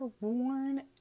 worn